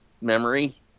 memory